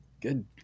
good